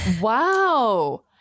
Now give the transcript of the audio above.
Wow